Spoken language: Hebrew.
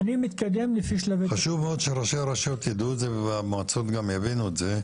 חשוב מאוד שראשי הרשויות יידעו את זה והמועצות גם הבינו את זה,